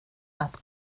att